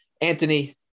Anthony